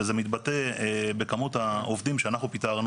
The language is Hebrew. שמסתובבת ומוכרת פה בצורה מאוד ישירה במדינת ישראל